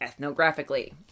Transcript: ethnographically